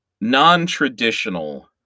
non-traditional